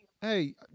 Hey